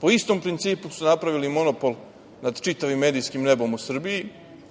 Po istom principu su napravili monopol nad čitavim medijskim nebom u Srbiji